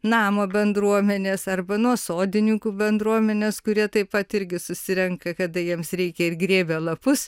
namo bendruomenės arba nuo sodininkų bendruomenės kurie taip pat irgi susirenka kada jiems reikia ir grėbia lapus